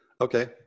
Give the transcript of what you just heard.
Okay